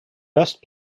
best